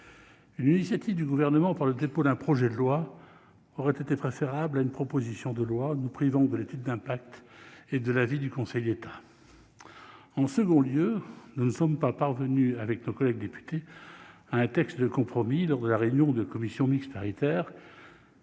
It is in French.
Une initiative du Gouvernement par le dépôt d'un projet de loi aurait été préférable à une proposition de loi qui nous prive d'une étude d'impact et de l'avis du Conseil d'État. En second lieu, nous ne sommes pas parvenus à un texte de compromis lors de la réunion de la commission mixte paritaire.